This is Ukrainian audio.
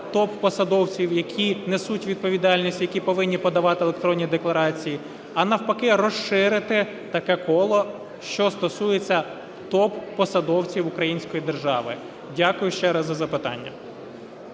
топ-посадовців, які несуть відповідальність, які повинні подавати електронні декларації, а, навпаки, розширити таке коло, що стосується топ-посадовців української держави. Дякую ще раз за запитання.